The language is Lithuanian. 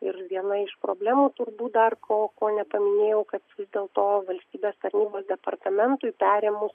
ir viena iš problemų turbūt dar ko ko nepaminėjau kad vis dėlto valstybės tarnybos departamentui perėmus